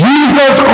Jesus